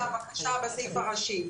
זאת הייתה הבקשה בסעיף הראשי?